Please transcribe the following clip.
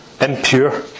impure